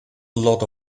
lot